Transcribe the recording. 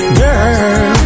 girl